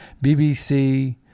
BBC